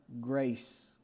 grace